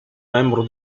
membro